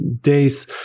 days